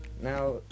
now